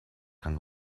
kann